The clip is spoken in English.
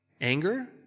anger